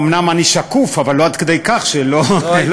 אומנם אני שקוף אבל לא עד כדי כך שלא הצלחת לקלוט אותי.